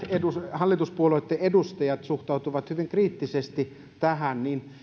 hallituspuolueitten edustajat suhtautuvat hyvin kriittisesti tähän ja